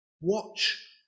watch